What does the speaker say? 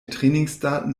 trainingsdaten